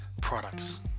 products